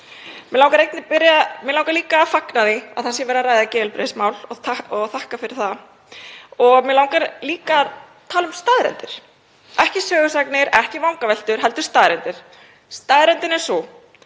Mig langar líka að fagna því að verið sé að ræða geðheilbrigðismál og þakka fyrir það. Mig langar líka að tala um staðreyndir, ekki sögusagnir, ekki vangaveltur heldur staðreyndir. Staðreyndin er sú